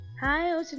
hi